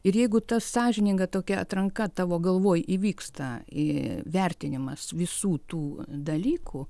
ir jeigu ta sąžininga tokia atranka tavo galvoj įvyksta įvertinimas visų tų dalykų